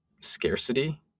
scarcity